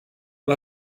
ela